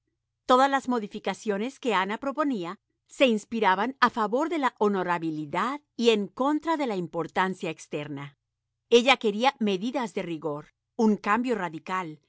todas las modificaciones que ana proponía se inspiraban en favor de la honorabilidad y en contra de la importancia externa ella quería medidas de rigor un cambio radical